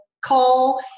call